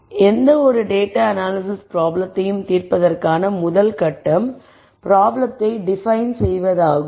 எனவே எந்த ஒரு டேட்டா அனாலிஸிஸ் ப்ராப்ளத்தையும் தீர்ப்பதற்கான முதல் கட்டம் ப்ராப்ளத்தை டெபனிஷன் செய்வதாகும்